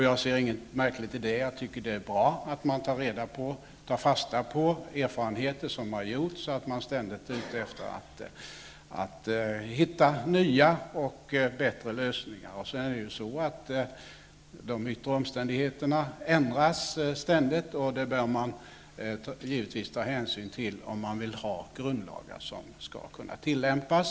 Jag ser inget märkligt i det. Det är bra att man tar fasta på erfarenheter som har gjorts och är ständigt ute efter att hitta nya och bättre lösningar. De yttre omständigheterna förändras ständigt, och det bör man givetvis ta hänsyn till om man vill ha grundlagar som skall kunna tillämpas.